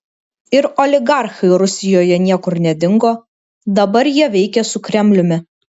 ir oligarchai rusijoje niekur nedingo dabar jie veikia su kremliumi